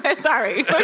Sorry